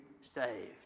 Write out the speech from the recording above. saved